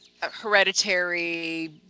hereditary